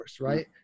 right